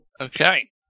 Okay